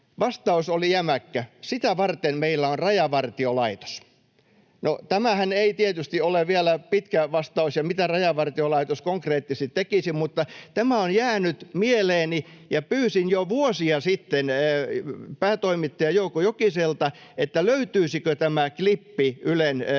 Vastaus oli jämäkkä: ”Sitä varten meillä on Rajavartiolaitos.” No, tämähän ei tietysti ole vielä pitkä vastaus ja mitä Rajavartiolaitos konkreettisesti tekisi, mutta tämä on jäänyt mieleeni. Pyysin jo vuosia sitten päätoimittaja Jouko Jokiselta, löytyisikö tämä klippi Ylen